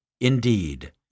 Indeed